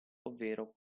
ovvero